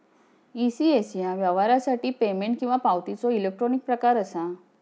ECS ह्या व्यवहारासाठी payment किंवा पावतीचो इलेक्ट्रॉनिक प्रकार असा